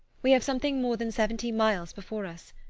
we have something more than seventy miles before us.